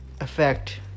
effect